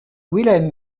wilhelm